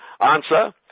Answer